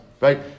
Right